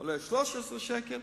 זה עולה 13 שקל,